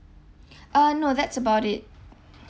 uh no that's about it